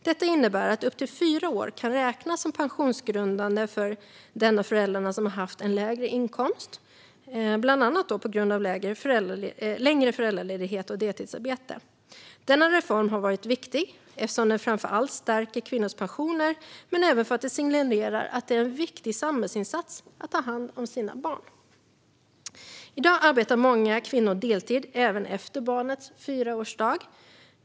Detta innebär att upp till fyra år kan räknas som pensionsgrundande för den av föräldrarna som har haft en lägre inkomst bland annat på grund av längre föräldraledighet och deltidsarbete. Denna reform har varit viktig, framför allt eftersom den stärker kvinnors pensioner men även för att det signalerar att det är en viktig samhällsinsats att ta hand om sina barn. I dag arbetar många kvinnor deltid även efter barnets fyraårsdag.